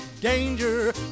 danger